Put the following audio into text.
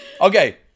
Okay